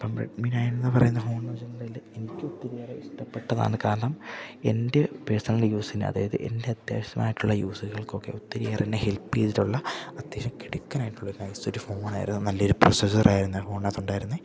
അപ്പം Redmi nine എന്ന് പറയുന്ന ഫോണെന്ന് വെച്ചിട്ടുണ്ടേല് എനിക്ക് ഒത്തിരിയേറെ ഇഷ്ടപ്പെട്ടതാണ് കാരണം എൻ്റെ പേഴ്സണൽ യൂസിന് അതായത് എൻ്റെ അത്യാവശ്യമായിട്ടുള്ള യൂസുകൾക്കൊക്കെ ഒത്തിരിയേറെന്നെ ഹെൽപ്പേയ്തിട്ടുള്ള അത്യാവശ്യം കിടുക്കനായിട്ടുള്ള ഒരു നൈസ് ഒരു ഫോണായിരുന്നു നല്ലൊരു പ്രൊസസ്സറായിരുന്നു ആ ഫോണിനകത്തൊണ്ടായിരുന്നെ